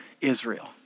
Israel